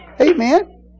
Amen